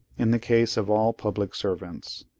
in the case of all public servants.